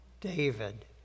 david